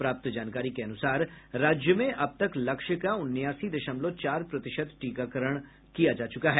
प्राप्त जानकारी के अनुसार राज्य में अब तक लक्ष्य का उनासी दशमलव चार प्रतिशत टीकाकरण किया जा चुका है